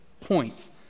point